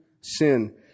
Sin